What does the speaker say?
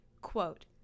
Quote